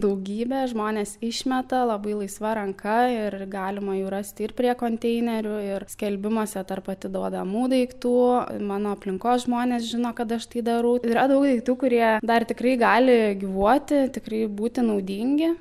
daugybė žmonės išmeta labai laisva ranka ir galima jų rasti ir prie konteinerių ir skelbimuose tarp atiduodamų daiktų mano aplinkos žmonės žino kad aš tai darau yra daug daiktų kurie dar tikrai gali gyvuoti tikrai būti naudingi